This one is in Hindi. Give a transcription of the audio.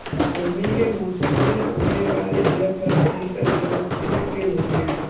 गर्मी के मौसम में उगने वाले यह फल शीतल प्रवृत्ति के होते हैं